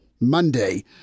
Monday